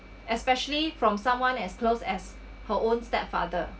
especially from someone as close as her own stepfather